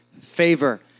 favor